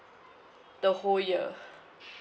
the whole year